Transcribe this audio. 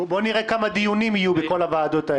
בוא נראה כמה דיונים יהיו בכל הוועדות האלה,